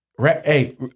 Hey